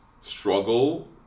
struggle